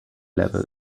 level